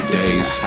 days